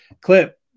clip